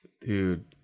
dude